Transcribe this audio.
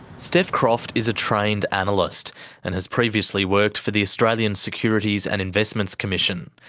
steph croft is a trained analyst and has previously worked for the australian securities and investments commission.